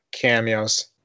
cameos